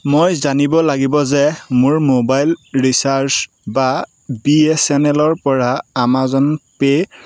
মই জানিব লাগিব যে মোৰ ম'বাইল ৰিচাৰ্জ বা বি এছ এন এলৰ পৰা আমাজন পে